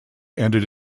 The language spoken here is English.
ended